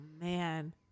man